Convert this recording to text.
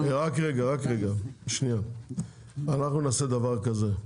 אנחנו נעשה דבר כזה,